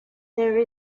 there